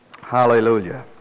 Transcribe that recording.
Hallelujah